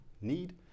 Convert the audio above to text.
need